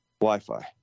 Wi-Fi